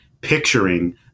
picturing